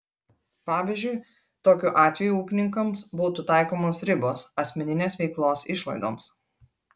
pavyzdžiui tokiu atveju ūkininkams būtų taikomos ribos asmeninės veiklos išlaidoms